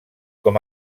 com